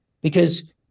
because-